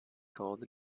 called